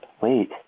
wait